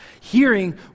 hearing